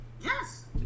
Yes